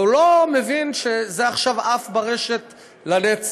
אבל הוא לא מבין שזה עכשיו עף ברשת לנצח.